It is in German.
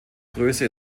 größe